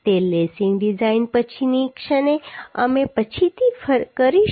તે lacing design પછીની ક્ષણે અમે પછીથી કરીશું